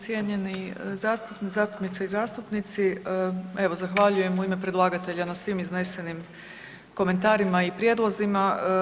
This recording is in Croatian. Cijenjene zastupnice i zastupnici, evo zahvaljujem u ime predlagatelja na svim iznesenim komentarima i prijedlozima.